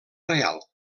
reial